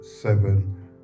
seven